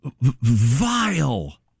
vile